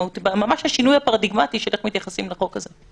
ממש בשינוי הפרדיגמטי של איך מתייחסים לחוק הזה.